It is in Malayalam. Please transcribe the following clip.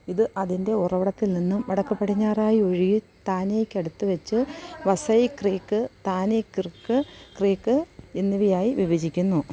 ഇത് അതിൻ്റെ ഉറവിടത്തിൽനിന്നും വടക്കുപടിഞ്ഞാറായി ഒഴുകി താനേക്ക് അടുത്തുവെച്ച് വസൈ ക്രീക്ക് താനേ ക്രീക്ക് എന്നിവയായി വിഭജിക്കുന്നു